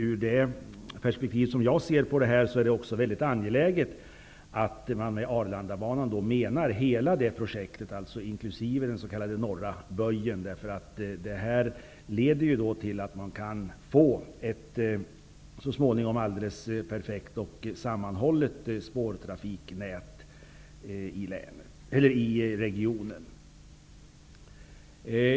Ur mitt perspektiv är det också mycket angeläget att man med Arlandabanan menar hela det projektet, inkl. den s.k. norra böjen. Detta leder till att vi så småningom kan få ett alldeles perfekt och sammanhållet spårtrafiknät i regionen.